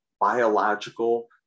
biological